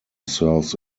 serves